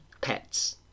pets